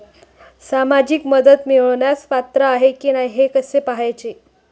सामाजिक मदत मिळवण्यास पात्र आहे की नाही हे कसे पाहायचे?